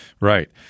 Right